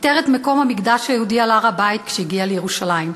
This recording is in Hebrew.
איתר את מקום המקדש היהודי על הר-הבית כשהגיע לירושלים.